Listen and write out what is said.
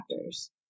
factors